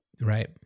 Right